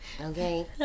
Okay